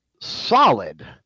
solid